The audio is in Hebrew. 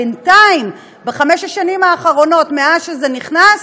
בינתיים, בחמש השנים האחרונות מאז זה נכנס,